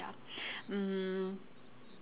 mm